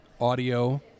audio